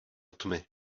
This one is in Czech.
tmy